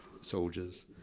soldiers